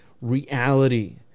reality